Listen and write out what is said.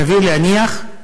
סביר להניח,